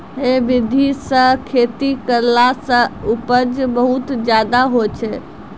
है विधि सॅ खेती करला सॅ उपज बहुत ज्यादा होय छै